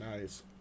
nice